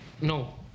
No